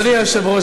אדוני היושב-ראש,